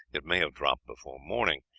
it may have dropped before morning.